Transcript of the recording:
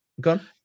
gone